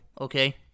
Okay